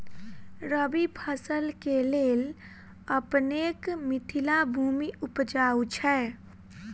रबी फसल केँ लेल अपनेक मिथिला भूमि उपजाउ छै